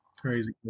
crazy